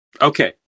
Okay